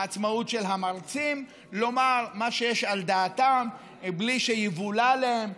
העצמאות של המרצים לומר מה שיש על דעתם בלי שיבולע להם,